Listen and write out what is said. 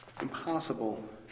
impossible